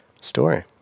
story